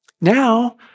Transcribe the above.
Now